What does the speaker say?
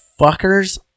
fuckers